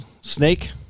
Snake